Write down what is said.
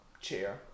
chair